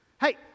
Hey